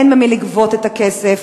אין ממי לגבות את הכסף,